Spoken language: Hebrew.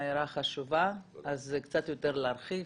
הערה חשובה, אז קצת יותר להרחיב.